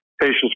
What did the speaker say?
patients